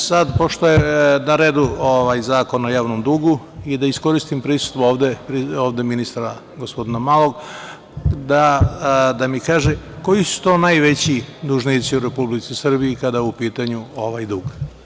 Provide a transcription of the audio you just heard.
Sada, pošto je na redu ovaj Zakon o javnom dugu, da iskoristim prisustvo ministra gospodina Malog, da mi kaže – koji su to najveći dužnici u Republici Srbiji kada je u pitanju ovaj dug?